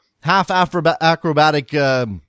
half-acrobatic